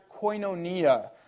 koinonia